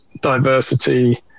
diversity